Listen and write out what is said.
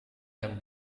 yang